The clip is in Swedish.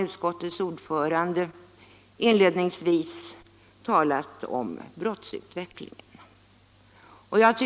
Utskottets ordförande har inledningsvis talat om brottsutvecklingen i landet.